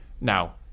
now